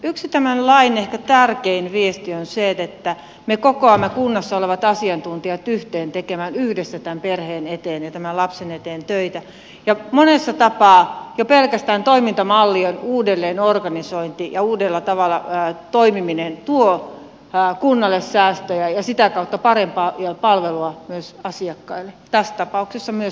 yksi tämän lain ehkä tärkein viesti on se että me kokoamme kunnassa olevat asiantuntijat yhteen tekemään yhdessä tämän perheen eteen ja tämän lapsen eteen töitä ja monessa tapaa jo pelkästään toimintamallien uudelleenorganisointi ja uudella tavalla toimiminen tuovat kunnalle säästöjä ja sitä kautta vielä parempaa palvelua myös asiakkaille tästä on kyse myös